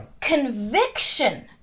Conviction